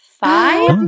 Five